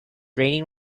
raining